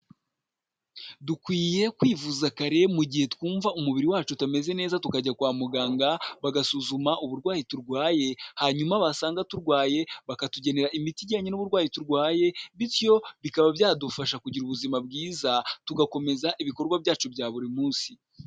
Dukwiye kwivuza kare mu gihe twumva umubiri wacu utameze neza tukajya kwa muganga bagasuzuma uburwayi turwaye, hanyuma wasanga turwaye bakatugenera imiti ijyanye n'uburwayi turwaye bityo bikaba byadufasha kugira ubuzima bwiza, tugakomeza ibikorwa byacu bya buri munsi.